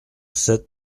sept